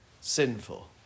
sinful